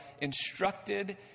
instructed